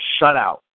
shutout